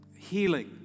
healing